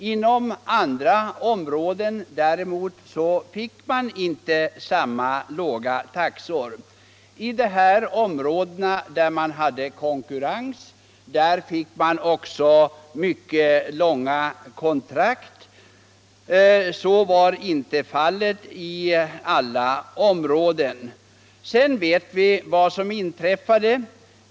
Inom andra områden däremot förekom inte samma låga taxor. I de områden där det fanns konkurrens fick man också mycket långa kontrakt. Så var inte fallet överallt. Sedan vet vi vad som inträffat.